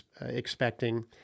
expecting